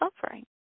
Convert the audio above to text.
suffering